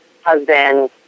husband